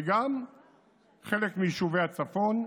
וגם חלק מיישובי הצפון,